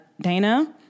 Dana